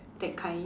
that kind